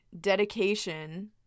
dedication